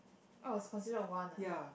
oh it's considered one ah